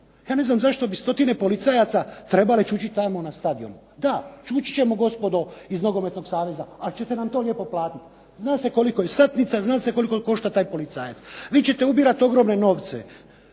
Ja ne znam zašto bi stotine policajaca trebale čučati tamo na stadionu. Da, čučati ćemo gospodo iz nogometnog saveza, ali ćete nam to lijepo platiti. Zna se koliko je satnica, zna se koliko košta taj policajac. Vi ćete ubirati ogromne novce